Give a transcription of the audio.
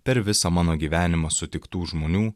per visą mano gyvenimą sutiktų žmonių